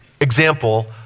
example